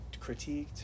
critiqued